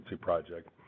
project